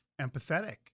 empathetic